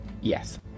Yes